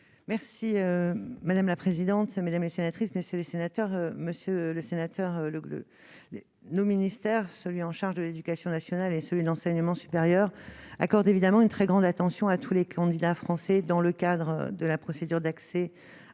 Merci madame la présidente, mesdames, messieurs, messieurs les sénateurs, Monsieur le Sénateur, le nos ministères, celui en charge de l'Éducation nationale et celui de l'enseignement supérieur accorde évidemment une très grande attention à tous les candidats français dans le cadre de la procédure d'accès à l'enseignement